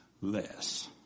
less